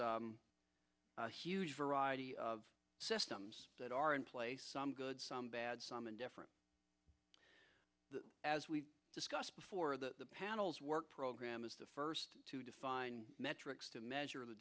is a huge variety of systems that are in place some good some bad some in different as we've discussed before the panels work program is the first to define metrics to measure the